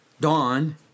Dawn